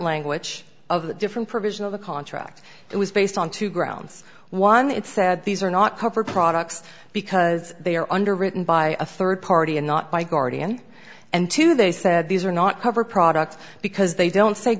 language of the different provision of the contract that was based on two grounds one it said these are not covered products because they are underwritten by a rd party and not by guardian and two they said these are not covered products because they don't say